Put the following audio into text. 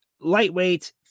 lightweight